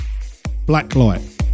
Blacklight